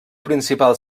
principal